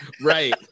Right